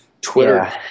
Twitter